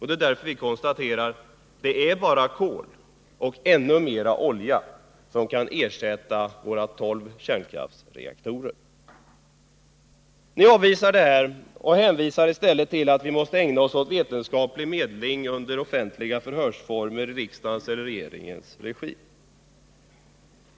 Det är därför vi konstaterar att det bara är kol och ännu mer olja som kan ersätta våra tolv kärnkraftsreaktorer. Ni avvisar dessa utredningar och hänvisar i stället att vi måste ägna oss åt vetenskaplig medling i form av offentliga förhör i riksdagens eller regeringens regi.